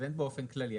אז אין באופן כללי.